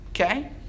okay